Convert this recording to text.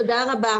תודה רבה.